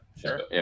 Sure